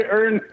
Earn